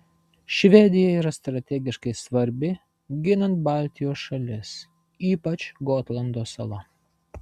švedija yra strategiškai svarbi ginant baltijos šalis ypač gotlando sala